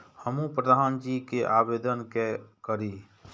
हमू प्रधान जी के आवेदन के करी?